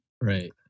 Right